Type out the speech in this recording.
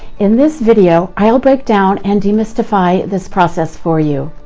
in this video, i'll break down and de-mystify this process for you.